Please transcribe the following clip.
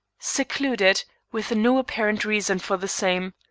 secluded, with no apparent reason for the same.